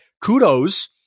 kudos